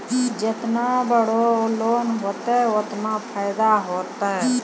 जेतना बड़ो लोन होतए ओतना फैदा होतए